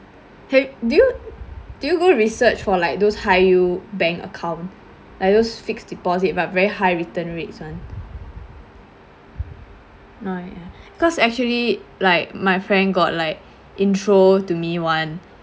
!hey! do you do you go research for like those high yield bank account like those fixed deposit but very high return rates [one] not yet cause actually like my friend got like intro to me one